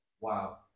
wow